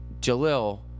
Jalil